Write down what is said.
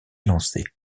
lancées